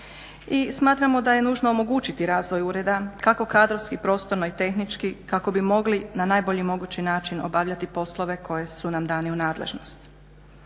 i smatramo da je nužno omogućiti razvoj Ureda kako kadrovski, prostorno i tehnički kako bi mogli na najbolji mogući način obavljati poslove koji su nam dani u nadležnost.